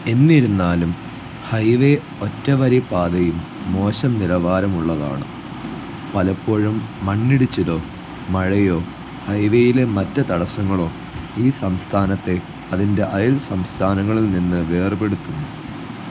എന്നിരുന്നാലും highway ഒറ്റവരിപ്പാതയും മോശം നിലവാരമുള്ളതാണ് പലപ്പോഴും മണ്ണിടിച്ചിലോ മഴയോ ഹൈ വേയിലെ മറ്റ് തടസ്സങ്ങളോ ഈ സംസ്ഥാനത്തെ അതിന്റെ അയൽ സംസ്ഥാങ്ങളിൽ നിന്ന് വേർപെടുത്തുന്നു